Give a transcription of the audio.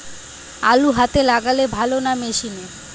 আলু হাতে লাগালে ভালো না মেশিনে?